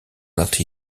not